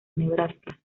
nebraska